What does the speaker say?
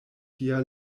tia